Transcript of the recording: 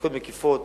בדיקות מקיפות